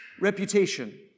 reputation